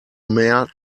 mare